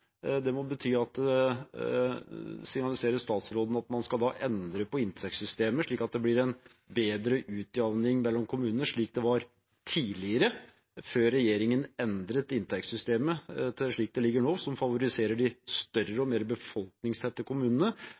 Signaliserer statsråden at man da skal endre på inntektssystemet, slik at det blir en bedre utjamning mellom kommunene, slik det var tidligere, før regjeringen endret inntektssystemet til slik det er nå, som favoriserer de større og mer befolkningstette kommunene?